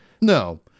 No